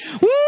Woo